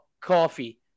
coffee